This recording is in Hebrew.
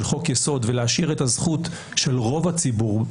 חוק-יסוד ולהשאיר את הזכות של רוב הציבור,